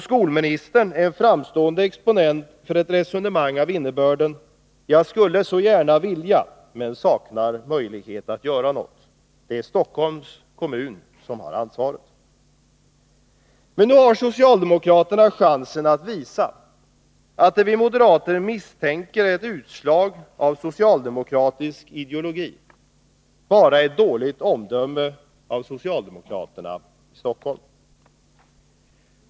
Skolministern är en framstående exponent för ett resonemang av innebörden: ”Jag skulle så gärna vilja, men saknar möjlighet att göra något. Det är Stockholms kommun som har ansvaret.” Men nu har socialdemokraterna chansen att visa att det vi moderater misstänker är ett utslag av socialdemokratisk ideologi bara är dåligt omdöme av socialdemokraterna i Stockholm.